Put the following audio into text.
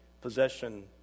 possession